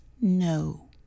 No